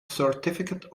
certificate